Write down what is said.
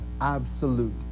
absolute